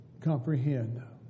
comprehend